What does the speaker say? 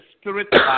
Spirit